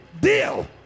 deal